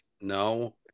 No